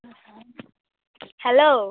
hello